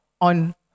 on